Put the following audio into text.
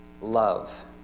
Love